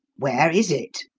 where is it?